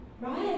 Right